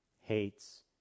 hates